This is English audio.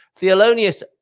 Theolonius